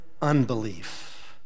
unbelief